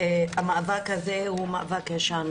המאבק הזה הוא מאבק ישן.